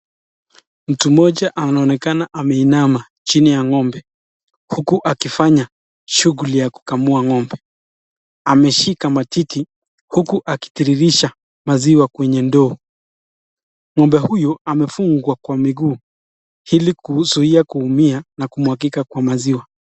Mtu moja ameonekana ameinama chini ya ngombe. Huku akifanya shuguli ya kukamua ngombe. Ameshika matiti huku akitiririsha maziwa kwenye ndoo. Ngombe huyu amefungwa kwa miguu, ilikuzuia kuumia na kumwagika kwa maziwa.